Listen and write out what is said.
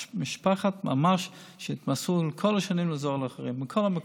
משפחה שעשתה כל השנים לעזור לאחרים, בכל המקומות,